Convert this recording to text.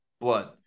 blood